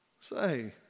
say